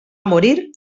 morir